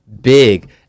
big